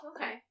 Okay